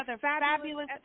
fabulous